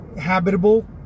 habitable